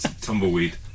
Tumbleweed